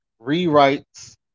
rewrites